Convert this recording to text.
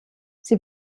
sie